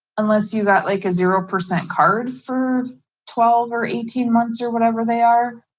unless you got like a zero percent card for twelve or eighteen months or whatever they are,